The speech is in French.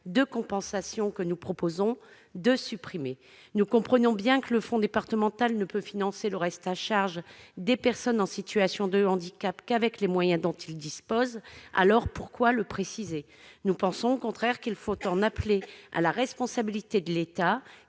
de compensation, que nous proposons de supprimer. Nous comprenons bien que le Fonds départemental ne peut financer le reste à charge des personnes en situation de handicap qu'avec les moyens dont il dispose. Alors, pourquoi le préciser ? Nous pensons, au contraire, qu'il faut en appeler à la responsabilité de l'État,